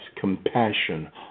compassion